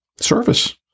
service